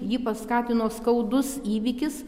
jį paskatino skaudus įvykis